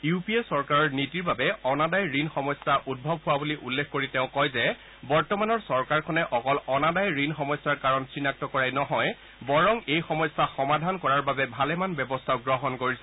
U P A চৰকাৰৰ নীতিৰ বাবে অনাদায় ঋণ সমস্যা উদ্ভৱ হোৱা বুলি উল্লেখ কৰি তেওঁ কয় যে বৰ্তমানৰ চৰকাৰখনে অকল অনাদায় ঋণ সমস্যাৰ কাৰণ চিনাক্ত কৰাই নহয় বৰং এই সমস্যা সমাধান কৰাৰ বাবে ভালেমান ব্যৱস্থাও গ্ৰহণ কৰিছে